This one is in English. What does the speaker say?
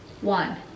one